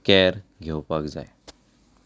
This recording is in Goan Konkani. कॅर घेवपाक जाय